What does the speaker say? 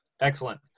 Excellent